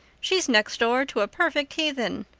she's next door to a perfect heathen.